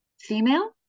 female